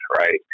Right